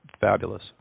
fabulous